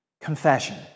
Confession